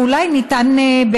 ואולי ניתן לשנות אותה,